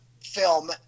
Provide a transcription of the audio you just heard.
film